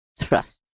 trust